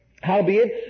Howbeit